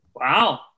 Wow